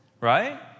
right